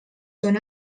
són